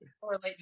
correlate